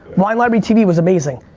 wine library tv was amazing,